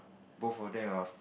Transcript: both of them are